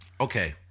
Okay